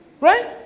Right